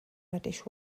reddish